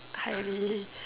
highly